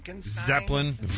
Zeppelin